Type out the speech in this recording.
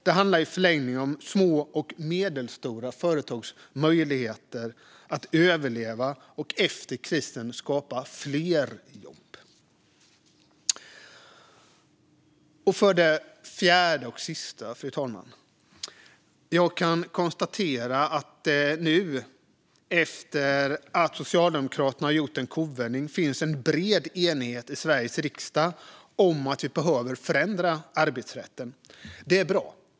Det handlar i förlängningen om små och medelstora företags möjligheter att överleva och att efter krisen skapa fler jobb. Fru talman! För det fjärde och sista kan jag konstatera att det nu, efter att Socialdemokraterna har gjort en kovändning, finns en bred enighet i Sveriges riksdag om att vi behöver förändra arbetsrätten. Det är bra.